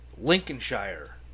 lincolnshire